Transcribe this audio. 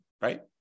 Right